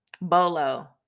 Bolo